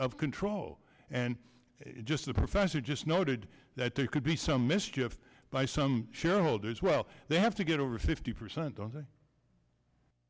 of control and just a professor just noted that there could be some mischief by some shareholders well they have to get over fifty percent only